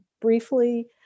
Briefly